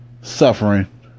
suffering